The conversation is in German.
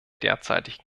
derzeitigen